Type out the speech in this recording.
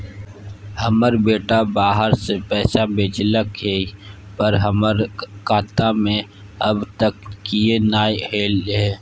हमर बेटा बाहर से पैसा भेजलक एय पर हमरा खाता में अब तक किये नाय ऐल है?